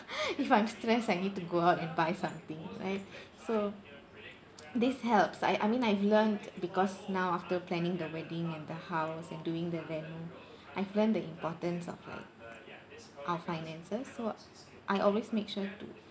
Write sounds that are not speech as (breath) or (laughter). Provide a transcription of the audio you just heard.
(breath) if I'm stressed I need to go out and buy something right so this helps I I mean I've learnt because now after planning the wedding and the house and doing the reno I've learnt the importance of like our finances so I always make sure to